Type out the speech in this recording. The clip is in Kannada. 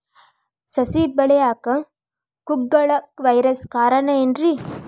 ಸಸಿ ಬೆಳೆಯಾಕ ಕುಗ್ಗಳ ವೈರಸ್ ಕಾರಣ ಏನ್ರಿ?